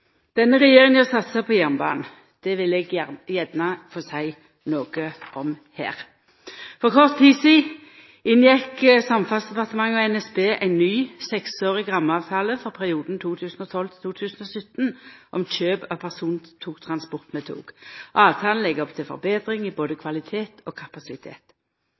Denne regjeringa satsar på jernbanen. Det vil eg gjerne få seia noko om her. For kort tid sidan inngjekk Samferdselsdepartementet og NSB ein ny seksårig rammeavtale for perioden 2012–2017 om kjøp av persontransport med tog. Avtalen legg opp til betring i både kvaliteten og